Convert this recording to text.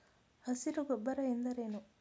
ಹಸಿರು ಗೊಬ್ಬರ ಎಂದರೇನು?